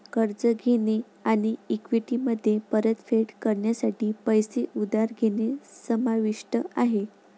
कर्ज घेणे आणि इक्विटीमध्ये परतफेड करण्यासाठी पैसे उधार घेणे समाविष्ट आहे